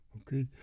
okay